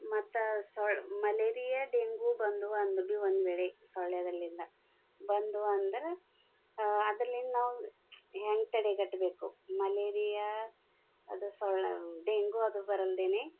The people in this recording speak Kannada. ಮತ್ತು ಸೊಳ್ಳೆ ಮಲೇರಿಯಾ ಡೇಂಗೂ ಬಂದ್ವು ಅಂದ್ರೂ ಬಿ ಒಂದು ವೇಳೆ ಸೊಳ್ಳೆದಲ್ಲಿಂದ ಬಂದ್ವು ಅಂದ್ರೆ ಅದಲಿಂದ ನಾವು ಹೆಂಗ್ ತಡೆಗಟ್ಟಬೇಕು ಮಲೇರಿಯಾ ಅದು ಸೊಳ್ಳೆ ಡೆಂಗು ಅದು ಬರಲ್ದೆ